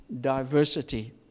diversity